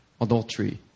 adultery